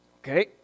okay